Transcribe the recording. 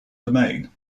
domain